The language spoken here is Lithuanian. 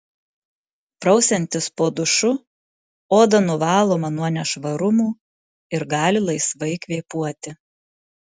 prausiantis po dušu oda nuvaloma nuo nešvarumų ir gali laisvai kvėpuoti